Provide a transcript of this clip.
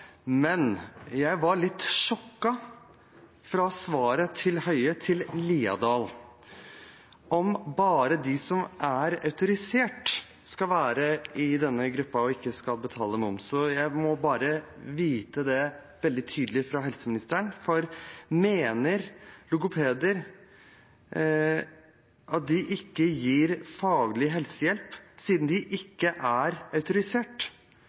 men jeg var litt sjokkert over svaret fra Høie til Haukeland Liadal, om at bare de som er autorisert, skal være i denne gruppen som ikke skal betale moms. Så jeg må bare få vite det veldig tydelig fra helseministeren, for mener han at logopeder ikke gir faglig helsehjelp, siden de ikke er autorisert?